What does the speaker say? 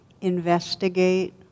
investigate